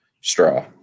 straw